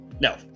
No